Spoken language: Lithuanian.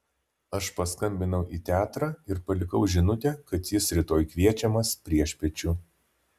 aš paskambinau į teatrą ir palikau žinutę kad jis rytoj kviečiamas priešpiečių